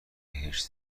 بهش